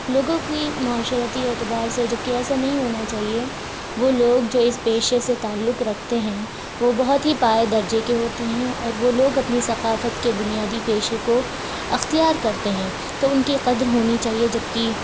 لوگوں کی معاشرتی اعتبار سے جب کہ ایسا نہیں ہونا چاہیے وہ لوگ جو اس پیشہ سے تعلق رکھتے ہیں وہ بہت ہی پایہ درجہ کے ہوتے ہیں اور وہ لوگ اپنی ثقافت کے بنیادی پیشہ کو اختیار کرتے ہیں تو ان کی قدر ہونی چاہیے جب کہ